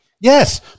Yes